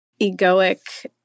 egoic